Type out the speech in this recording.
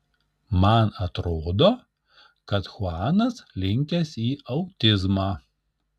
man atrodo kad chuanas linkęs į autizmą